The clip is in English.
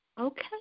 Okay